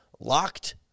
Locked